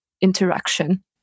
interaction